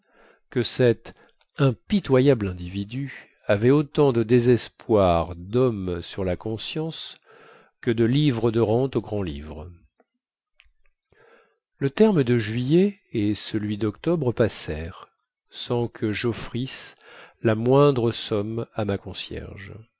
que cet impitoyable individu avait autant de désespoirs dhomme sur la conscience que de livres de rente au grand-livre le terme de juillet et celui doctobre passèrent sans que joffrisse la moindre somme à ma concierge